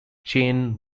chain